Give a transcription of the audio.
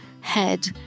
head